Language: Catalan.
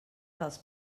dels